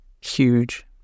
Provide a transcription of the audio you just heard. huge